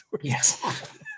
yes